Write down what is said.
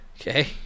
Okay